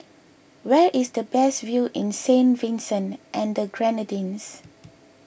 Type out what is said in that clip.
where is the best view in Saint Vincent and the Grenadines